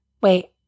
wait